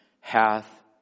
hath